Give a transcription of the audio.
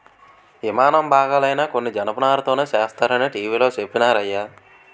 యిమానం బాగాలైనా కొన్ని కొన్ని జనపనారతోనే సేస్తరనీ టీ.వి లో చెప్పినారయ్య